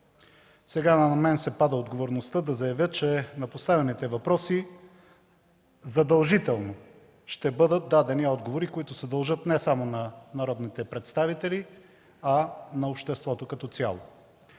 Сега на мен се пада отговорността да заявя, че на поставените въпроси задължително ще бъдат дадени отговори, които се дължат не само на народните представители, а на обществото като цяло.